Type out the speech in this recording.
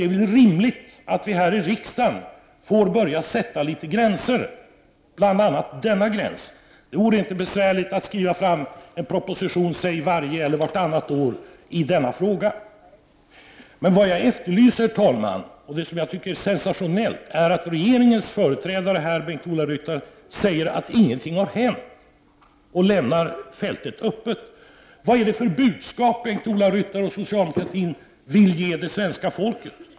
Det är rimligt att vi här i riksdagen får börja sätta några gränser, bl.a. denna gräns. Det vore inte besvärligt att skriva en proposition varje år eller var annat år i denna fråga. Herr talman! Det som jag tycker är sensationellt är att regeringens företrädare här, Bengt-Ola Ryttar, säger att ingenting har hänt och lämnar fältet öppet. Vad är det för budskap som Bengt-Ola Ryttar och socialdemokraterna vill ge det svenska folket?